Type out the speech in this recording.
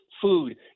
food